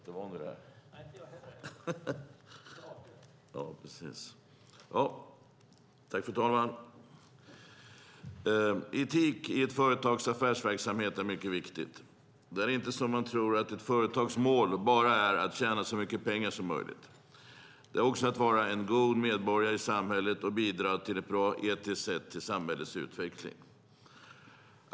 Fru talman! Det är mycket viktigt med etik i ett företags affärsverksamhet. Det är inte som man tror, att ett företags mål bara är att tjäna så mycket pengar som möjligt, utan det är också att vara en god medborgare i samhället och bidra på etiskt bra sätt till samhällets utveckling.